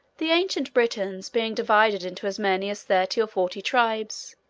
the ancient britons, being divided into as many as thirty or forty tribes,